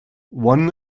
one